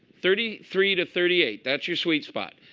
thirty three to thirty eight, that's your sweet spot.